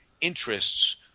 interests